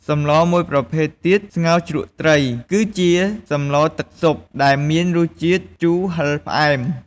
សម្លមួយប្រភេទទៀត ស្ងោរជ្រក់ត្រី គឺជាសម្លរទឹកស៊ុប ដែលមានរសជាតិជូរ ហឹរ ផ្អែម។